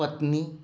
पत्नी